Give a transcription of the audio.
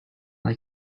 like